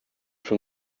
from